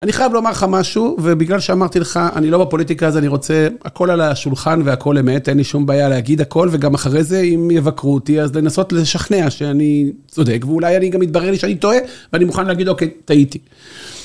אני חייב לומר לך משהו ובגלל שאמרתי לך אני לא בפוליטיקה אז אני רוצה הכל על השולחן והכל אמת אין לי שום בעיה להגיד הכל וגם אחרי זה אם יבקרו אותי אז לנסות לשכנע שאני צודק ואולי אני גם יתברר לי שאני טועה ואני מוכן להגיד אוקיי טעיתי.